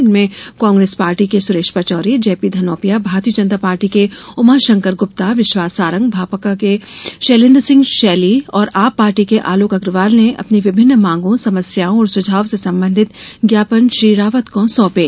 इनमें कांग्रेस पार्टी के Suresh Pachauri JP Dhanopia Bharatiya Janata party के उमाशंकर गुप्ता विश्वास सारंग भाकपा के शैलेन्द्र सिंह शैली और आप पार्टी के आलोक अग्रवाल ने अपनी विभिन्न मांगों समस्याओं और सुझाव से संबंधित ज्ञापन श्री रावत को सौंपे